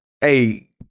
hey